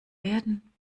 werden